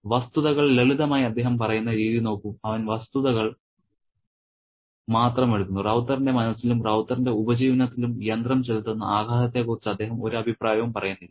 വസ്തുതകൾ ലളിതമായി അദ്ദേഹം പറയുന്ന രീതി നോക്കൂ അവൻ വസ്തുതകൾ മാത്രം എടുക്കുന്നു റൌതറിന്റെ മനസ്സിലും റൌതറിന്റെ ഉപജീവനത്തിലും യന്ത്രം ചെലുത്തുന്ന ആഘാതത്തെക്കുറിച്ച് അദ്ദേഹം ഒരു അഭിപ്രായവും പറയുന്നില്ല